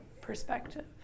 perspective